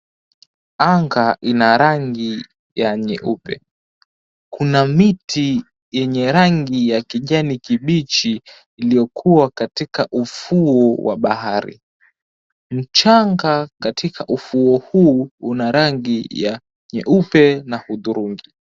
Anga ina rangi ya nyeupe. Kuna miti yenye rangi ya kijani kibichi iliyokuwa katika ufuo wa bahari. Mchanga, katika ufuo huu, una rangi ya nyeupe na hudhurungi.